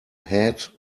head